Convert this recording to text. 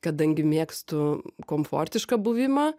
kadangi mėgstu komfortišką buvimą